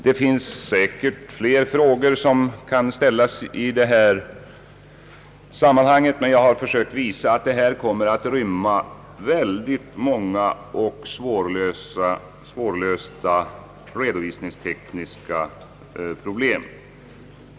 Det finns säkert fler frågor att ställa i detta sammanhang, men jag har försökt visa att det på detta område kommer att rymmas väldigt många och svårlösta redovisningstekniska problem.